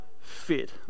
fit